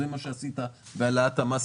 זה מה שעשית בהעלאת המס